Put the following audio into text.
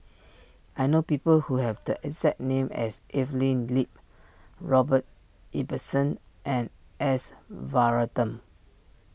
I know people who have the exact name as Evelyn Lip Robert Ibbetson and S Varathan